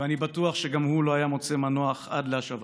ואני בטוח שגם הוא לא היה מוצא מנוח עד להשבתם.